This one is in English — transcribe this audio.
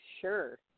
Sure